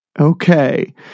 Okay